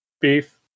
beef